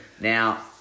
now